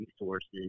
resources